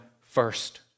first